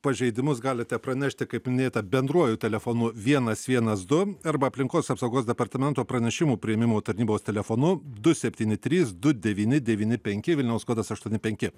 pažeidimus galite pranešti kaip minėta bendruoju telefonu vienas vienas du arba aplinkos apsaugos departamento pranešimų priėmimo tarnybos telefonu du septyni trys du devyni devyni penki vilniaus kodas aštuoni penki